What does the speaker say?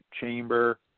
chamber